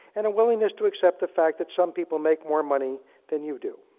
and a willingness to accept the fact that some people make more money than you do.